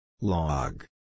Log